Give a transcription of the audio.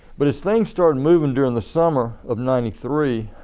but as things started moving during the summer of ninety three,